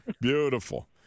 Beautiful